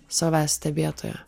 savęs stebėtoja